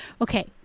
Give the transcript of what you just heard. Okay